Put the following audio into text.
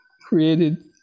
created